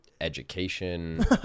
education